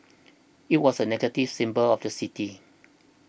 it was a negative symbol of the city